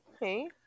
Hey